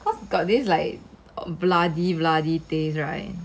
cause got this like bloody bloody taste right